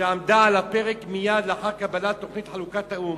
שעמדה על הפרק מייד לאחר קבלת תוכנית החלוקה של האו"ם,